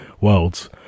worlds